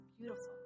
beautiful